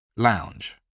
lounge